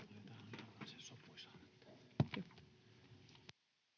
Kiitos